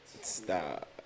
Stop